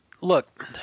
look